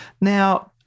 Now